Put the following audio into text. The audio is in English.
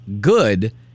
good